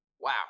Wow